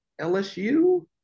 LSU